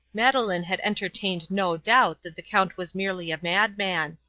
madeleine had entertained no doubt that the count was merely a madman.